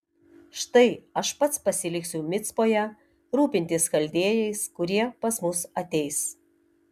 štai aš pats pasiliksiu micpoje rūpintis chaldėjais kurie pas mus ateis